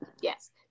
Yes